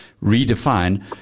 Redefine